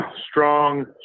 strong